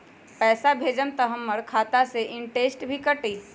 पैसा भेजम त हमर खाता से इनटेशट भी कटी?